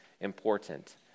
important